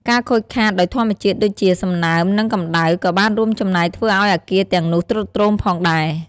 ការខូចខាតដោយធម្មជាតិដូចជា សំណើម និងកម្ដៅ ក៏បានរួមចំណែកធ្វើឱ្យអគារទាំងនោះទ្រុឌទ្រោមផងដែរ។